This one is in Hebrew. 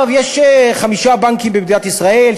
יש חמישה בנקים במדינת ישראל,